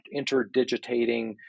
interdigitating